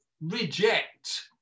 reject